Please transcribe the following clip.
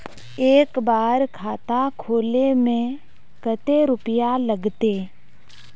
एक बार खाता खोले में कते रुपया लगते?